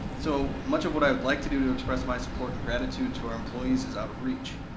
so, much of what i would like to do to express my support and gratitude to our employees is out of reach.